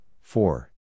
four